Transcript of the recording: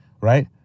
right